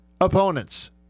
opponent's